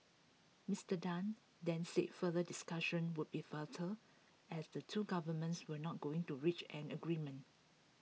Mister Tan then said further discussion would be futile as the two governments were not going to reach an agreement